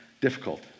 difficult